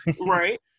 Right